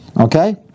okay